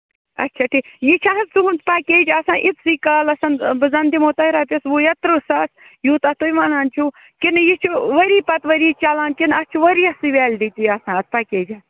اَچھا ٹھیٖک یہِ چھا حظ تُہُنٛد پیکیج آسان ییٖتسٕے کالَس بہٕ زَن دِمو تۄہہِ رۄپِیَس وُہ یا تٔرٛہ ساس یوٗتاہ تُہۍ وَنان چھِو کِنہٕ یہِ چھُ ؤری پَتہٕ ؤری چلان کِنہٕ اَتھ چھُ ؤرۍیَسٕے ویلڈِٹی آسان اَتھ پیکیجَس